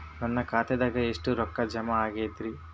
ನನ್ನ ಖಾತೆದಾಗ ಎಷ್ಟ ರೊಕ್ಕಾ ಜಮಾ ಆಗೇದ್ರಿ?